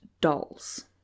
dolls